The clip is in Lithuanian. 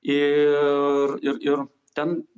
ir ir ir ten